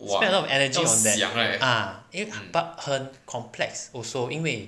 a lot of energy on that ah eh but 很 complex also 因为